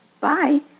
bye